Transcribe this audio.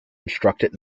instructed